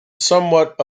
somewhat